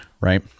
right